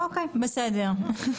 בסדר.